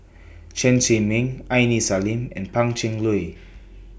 Chen Zhiming Aini Salim and Pan Cheng Lui